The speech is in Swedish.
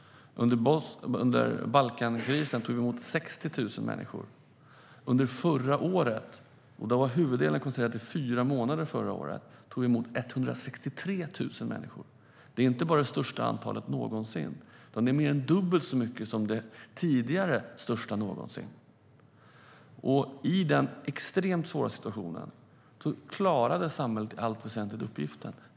Under Balkankrisen tog vi emot 60 000 människor. Under förra året tog vi emot 163 000 människor, och huvuddelen var koncentrerad till fyra månader. Det är inte bara det största antalet någonsin, utan det är mer än dubbelt så mycket som det tidigare största. I denna extremt svåra situation klarade samhället i allt väsentligt uppgiften.